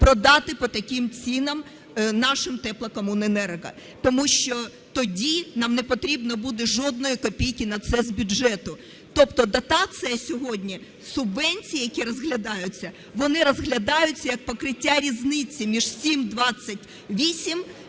продати по таким цінам нашим теплокомуненерго. Тому що тоді нам не потрібно буде жодної копійки на це з бюджету. Тобто дотація сьогодні, субвенції, які розглядаються, вони розглядаються як покриття різниці між 7.28